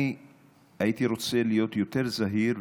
אני הייתי רוצה להיות זהיר יותר,